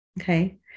Okay